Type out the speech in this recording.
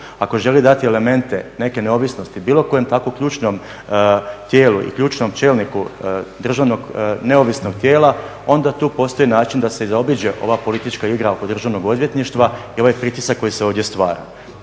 ako želi dati elemente neke neovisnosti bilo kojem tako ključnom tijelu, ključnom čelniku državnog neovisna tijela onda tu postoji način da se zaobiđe ova politička igra oko Državnog odvjetništva i ovaj pritisak koji se ovdje stvara.